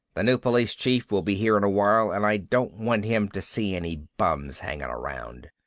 the new police chief will be here in a while and i don't want him to see any bums hanging around.